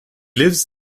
lives